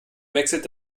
wechselt